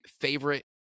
favorite